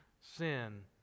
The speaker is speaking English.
sin